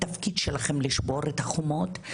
התפקיד שלכם לשבור את החומות.